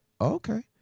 okay